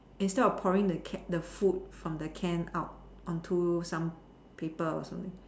instead of pouring the the food from the can out onto some paper or something